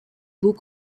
baux